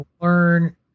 learn